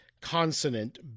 consonant